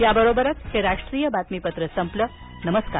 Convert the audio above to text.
या बरोबरच हे राष्ट्रीय बातमीपत्र संपलं नमस्कार